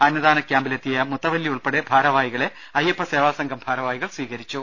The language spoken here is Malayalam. അന്നദാന ക്യാമ്പിലെത്തിയ മുത്തവല്ലി ഉൾപ്പെടെ ഭാരവാഹികളെ അയ്യപ്പസേവാസംഘം ഭാരവാഹി കൾ സ്വീകരിച്ചു